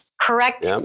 correct